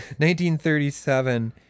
1937